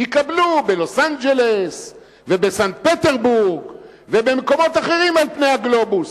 יקבלו בלוס-אנג'לס ובסנט-פטרסבורג ובמקומות אחרים על פני הגלובוס.